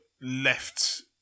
left